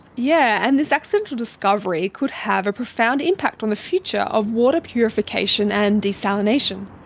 yeah and this accidental discovery could have a profound impact on the future of water purification and desalination.